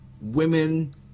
women